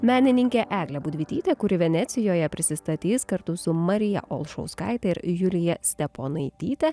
menininkė eglė budvytytė kuri venecijoje prisistatys kartu su marija olšauskaite ir julija steponaityte